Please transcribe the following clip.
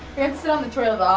and sit on the toilet